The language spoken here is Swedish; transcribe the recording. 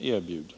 erbjuder.